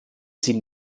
sie